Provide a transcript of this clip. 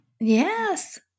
Yes